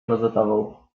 klozetową